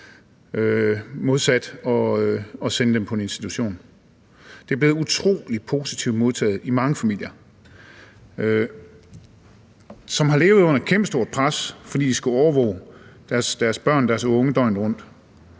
for at sende dem på en institution. Det er blevet utrolig positivt modtaget i mange familier, som har levet under et kæmpestort pres, fordi de skulle overvåge deres børn og unge døgnet rundt.